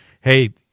Hey